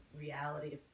reality